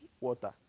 water